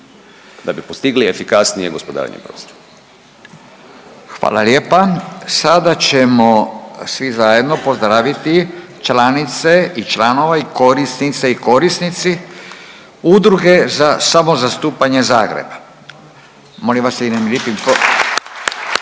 da bi postigli efikasnije gospodarenje prostorom. **Radin, Furio (Nezavisni)** Hvala lijepa. Sada ćemo svi zajedno pozdraviti članice i članove i korisnice i korisnici Udruge za samozastupanje Zagreba, molim vas jednim